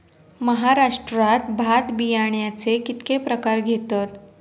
महाराष्ट्रात भात बियाण्याचे कीतके प्रकार घेतत?